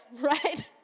Right